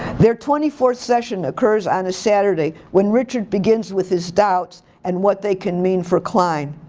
their twenty fourth session occurs on a saturday when richard begins with his doubts and what they can mean for klein.